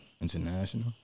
International